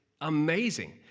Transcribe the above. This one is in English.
amazing